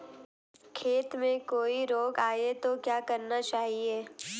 खेत में कोई रोग आये तो क्या करना चाहिए?